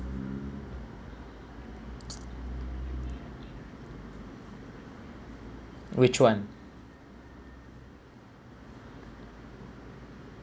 which [one]